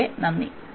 വളരെ നന്ദി